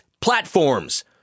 platforms